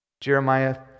Jeremiah